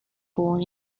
born